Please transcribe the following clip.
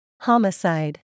HOMICIDE